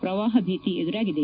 ಪ್ರವಾಹ ಭೀತಿ ಎದುರಾಗಿದೆ